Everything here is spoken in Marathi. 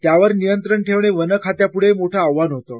त्यावर नियंत्रण ठेवणे वन खात्यापुढेही मोठं आव्हान होतं